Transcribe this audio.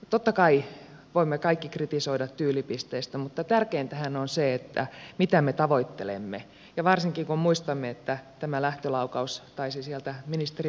totta kai voimme kaikki kritisoida tyylipisteistä mutta tärkeintähän on se mitä me tavoittelemme ja varsinkin kun muistamme että tämä lähtölaukaus taisi sieltä ministeri pekkariselta tulla